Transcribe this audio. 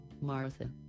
Martha